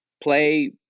play